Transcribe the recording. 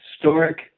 historic